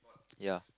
ya